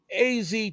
AZ